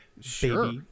Sure